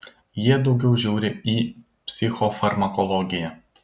jie daugiau žiūri į psichofarmakologiją